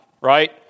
right